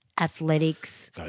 athletics